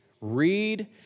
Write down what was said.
read